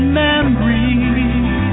memories